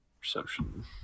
Perception